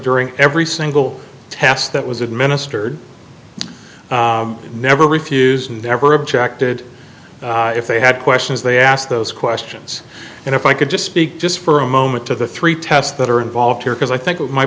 during every single test that was administered never refuse never objected if they had questions they ask those questions and if i could just speak just for a moment to the three tests that are involved here because i think my